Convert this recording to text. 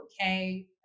okay